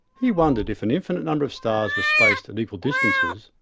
he wondered if an infinite number of stars were spaced at equal distances,